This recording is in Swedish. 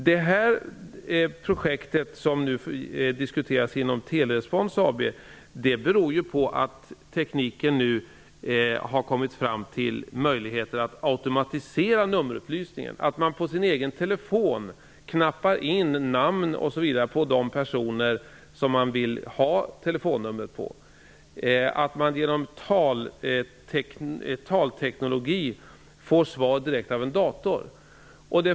Det som nu diskuteras inom Telerespons AB är ju en följd av att tekniken nu har gjort det möjligt att automatisera nummerupplysningen. På sin egen telefon skall man kunna knappa in namn osv. på de personer som man vill veta telefonnummer till. Genom talteknologi får man svar direkt av en dator.